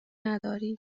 نداری